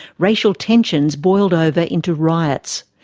racial tensions boiled over into riots.